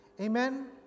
Amen